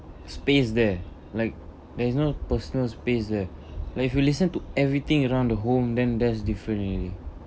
space there like there is no personal space there like if you listen to everything around the home than that's different already